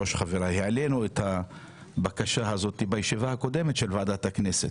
העלינו את הבקשה הזאת בישיבה הקודמת של ועדת הכנסת,